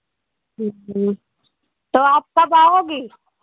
ह्म्म ह्म्म तो आप कब आओगी